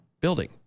building